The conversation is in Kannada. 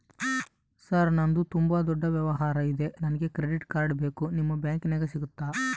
ಸರ್ ನಂದು ತುಂಬಾ ದೊಡ್ಡ ವ್ಯವಹಾರ ಇದೆ ನನಗೆ ಕ್ರೆಡಿಟ್ ಕಾರ್ಡ್ ಬೇಕು ನಿಮ್ಮ ಬ್ಯಾಂಕಿನ್ಯಾಗ ಸಿಗುತ್ತಾ?